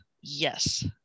Yes